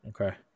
okay